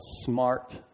smart